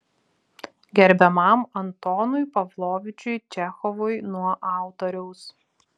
gerbiamam antonui pavlovičiui čechovui nuo autoriaus